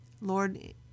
Lord